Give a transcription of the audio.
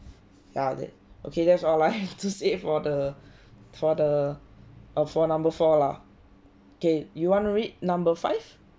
ya that okay that's all I have to say for the for the err for number four lah k you want to read number five